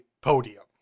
podium